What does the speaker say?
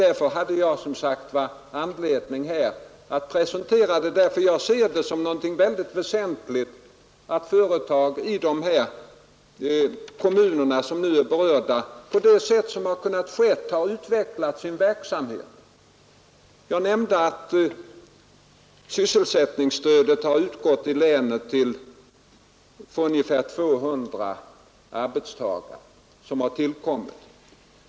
Därför hade jag som sagt anledning att här presentera detta jag ser det som någonting väsentligt och berömvärt att töretag i de kommuner. som nu är berörda, på det sätt som skett har utvecklat sin verksamhet. Jag nämnde att sysselsättningsstödet har sigatt i: finoet or ungefär 200 nytillkomna arbetstagare eller arbetsulltällen.